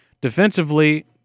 defensively